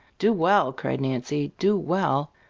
do well! cried nancy. do well!